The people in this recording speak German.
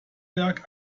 werk